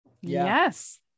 yes